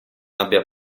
abbia